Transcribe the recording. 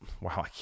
Wow